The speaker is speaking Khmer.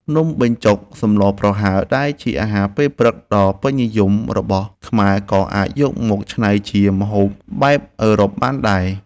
នំបញ្ចុកសម្លប្រហើរដែលជាអាហារពេលព្រឹកដ៏ពេញនិយមរបស់ខ្មែរក៏អាចយកមកច្នៃជាម្ហូបបែបអឺរ៉ុបបានដែរ។